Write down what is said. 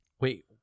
Wait